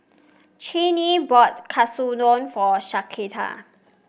Cheyenne bought Katsudon for Shasta